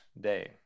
day